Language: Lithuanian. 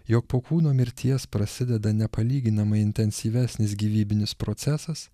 jog po kūno mirties prasideda nepalyginamai intensyvesnis gyvybinis procesas